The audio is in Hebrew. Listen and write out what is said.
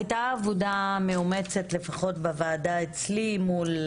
הייתה עבודה מאומצת לפחות בוועדה אצלי מול